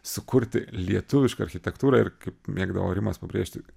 sukurti lietuvišką architektūrą ir kaip mėgdavo rimas pabrėžti